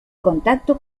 contacto